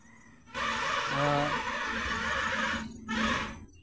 ᱛᱚ